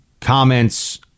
comments